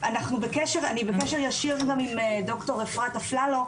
אני בקשר ישיר עם ד"ר אפרת אפללו,